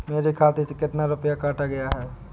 मेरे खाते से कितना रुपया काटा गया है?